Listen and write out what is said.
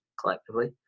collectively